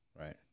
Right